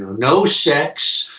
no sex,